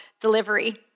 delivery